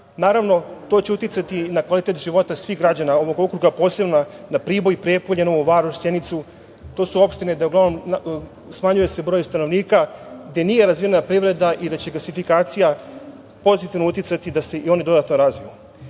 to će uticati na kvalitet života svih građana ovog okruga, posebno na Priboj, Prijepolje, Novu Varoš, Sjenicu. To su opštine gde se uglavnom smanjuje broj stanovnika, gde nije razvijena privreda i da će gasifikacija pozitivno uticati da se i oni dodatno razviju. Takođe